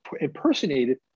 impersonated